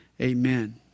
amen